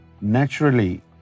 naturally